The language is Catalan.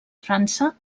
frança